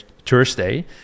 Thursday